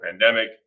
pandemic